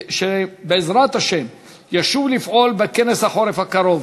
שבעזרת השם ישוב לפעול בכנס החורף הקרוב.